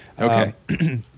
Okay